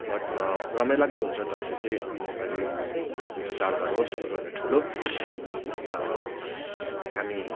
but रमाइलाग्दो हुन्छ दसैँ चै नेपाली जातिको चाँडबाँड हो सबैभन्दा ठुलो अनि त्यसमा हामी